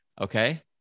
Okay